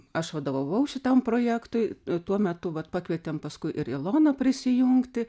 aš vadovavau šitam projektui tuo metu vat pakvietėm paskui ir iloną prisijungti